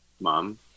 mom